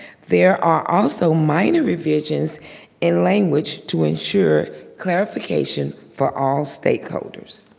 there are also minor revisions in language to ensure clarification for all stakeholders